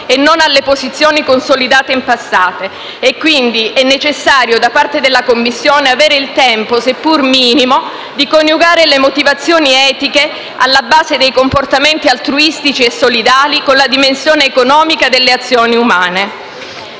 e non alle posizioni consolidate in passato e quindi è necessario da parte della Commissione avere il tempo - seppur minimo - di coniugare le motivazioni etiche alla base dei comportamenti altruistici e solidali con la dimensione economica delle azioni umane.